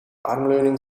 armleuning